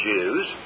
Jews